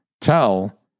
tell